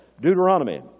Deuteronomy